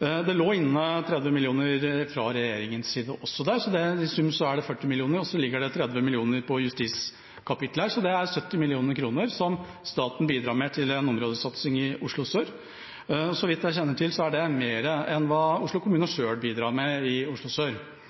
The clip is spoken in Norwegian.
Det lå fra før inne 30 mill. kr fra regjeringas side, så i sum er det 40 mill. kr. Det ligger i tillegg 30 mill. kr i justiskapitlet, så staten bidrar med 70 mill. kr til områdesatsing i Oslo sør. Så vidt jeg kjenner til, er det mer enn hva Oslo kommune selv bidrar med i Oslo sør.